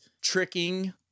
tricking